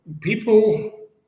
people